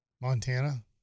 Montana